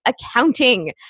accounting